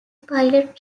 pilot